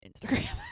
Instagram